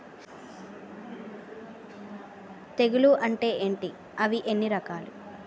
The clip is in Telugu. తెగులు అంటే ఏంటి అవి ఎన్ని రకాలు?